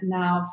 now